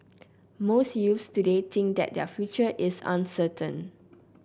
most youths today think that their future is uncertain